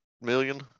million